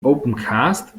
opencast